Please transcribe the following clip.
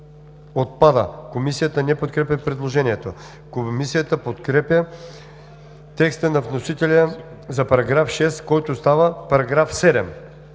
отпада.“ Комисията не подкрепя предложението. Комисията подкрепя текста на вносителя за § 6, който става § 7.